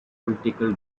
political